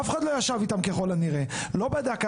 אף אחד לא ישב איתם ככל הנראה, ולא בדק.